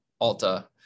Alta